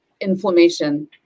inflammation